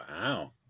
Wow